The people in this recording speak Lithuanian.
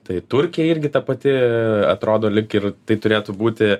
tai turkija irgi ta pati atrodo lyg ir tai turėtų būti